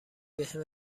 بهم